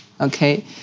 Okay